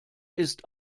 ist